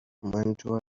mantua